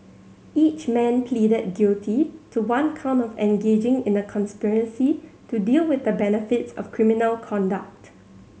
each man pleaded guilty to one count of engaging in a conspiracy to deal with the benefits of criminal conduct